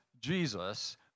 Jesus